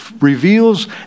reveals